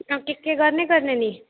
अनि त के के गर्ने गर्ने नि